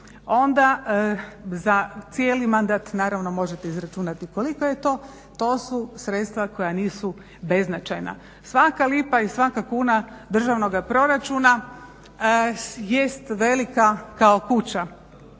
onda za cijeli mandat, naravno možete izračunati koliko je to. To su sredstva koja nisu beznačajna. Svaka lipa i svaka kuna državnoga proračuna jest velika kao kuća